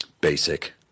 Basic